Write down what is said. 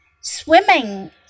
Swimming